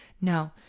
No